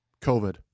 COVID